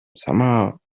somehow